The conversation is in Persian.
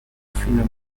فیلم